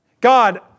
God